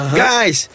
guys